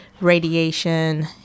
radiation